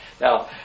Now